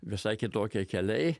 visai kitokie keliai